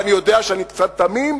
ואני יודע שאני קצת תמים,